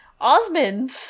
Osmond